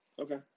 Okay